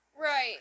Right